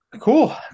Cool